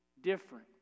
different